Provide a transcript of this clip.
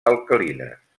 alcalines